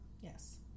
Yes